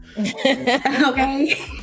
Okay